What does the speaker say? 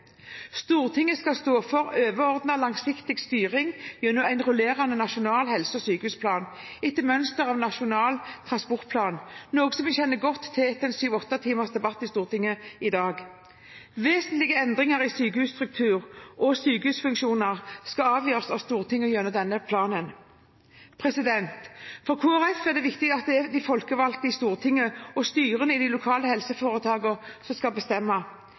Stortinget skal stå for en overordnet, langsiktig styring gjennom en rullerende nasjonal helse- og sykehusplan, etter mønster av Nasjonal transportplan, som vi kjenner godt til etter en syv–åtte timers debatt i Stortinget i dag. Vesentlige endringer i sykehusstruktur og sykehusfunksjoner skal avgjøres av Stortinget gjennom denne planen. For Kristelig Folkeparti er det viktig at det er de folkevalgte i Stortinget og styrene i de lokale helseforetakene som skal bestemme.